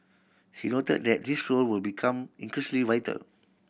he noted that this role will become increasingly vital